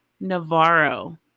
Navarro